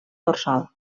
dorsal